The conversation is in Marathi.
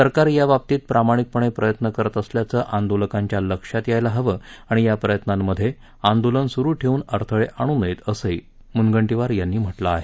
सरकार याबाबतीत प्रामाणिकपणे प्रयत्न करत असल्याचं आंदोलकांच्या लक्षात यायला हवं आणि या प्रयत्नांमध्ये आंदोलन सुरू ठेवून अडथळे आणू नयेत असंही मुनगंटीवार यांनी म्हटलं आहे